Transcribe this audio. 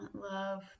love